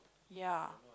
ya